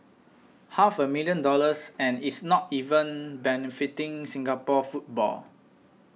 half a million dollars and it's not even benefiting Singapore football